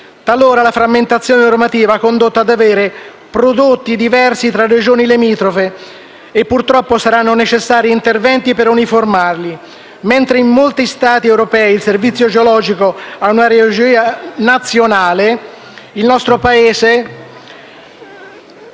Talora la frammentazione normativa ha condotto ad avere prodotti diversi tra Regioni limitrofe e purtroppo saranno necessari interventi per uniformarli. Mentre in molti Stati europei il servizio geologico ha una regia Nazionale nel nostro Paese